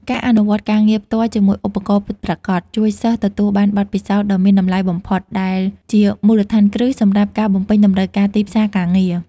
ការអនុវត្តការងារផ្ទាល់ជាមួយឧបករណ៍ពិតប្រាកដជួយសិស្សទទួលបានបទពិសោធន៍ដ៏មានតម្លៃបំផុត ដែលជាមូលដ្ឋានគ្រឹះសម្រាប់ការបំពេញតម្រូវការទីផ្សារការងារ។